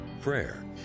prayer